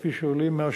כפי שעולים מהשטח.